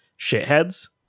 shitheads